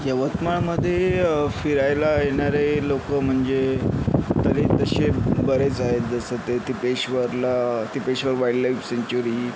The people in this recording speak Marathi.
यवतमाळमध्ये फिरायला येणारे लोकं म्हणजे तरी तसे बरेच आहेत जसं ते टिपेश्वरला टिपेश्वर वाईल्ड लाईफ सँक्चुरी